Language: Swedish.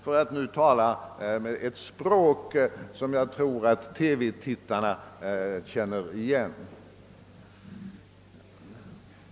— för att nu tala ett språk som jag tror att TV-tittarna känner igen.